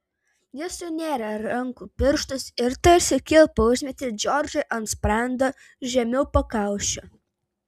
jis sunėrė rankų pirštus ir tarsi kilpą užmetė džordžui ant sprando žemiau pakaušio